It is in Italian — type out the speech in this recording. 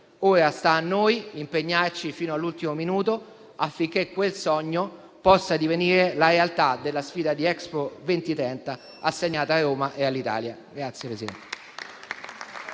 Ora sta a noi impegnarci fino all'ultimo minuto, affinché quel sogno possa divenire la realtà della sfida di Expo 2030 assegnata a Roma e all'Italia.